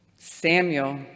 Samuel